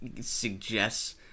suggests